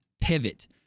pivot